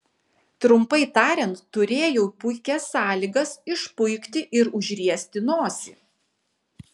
trumpai tariant turėjau puikias sąlygas išpuikti ir užriesti nosį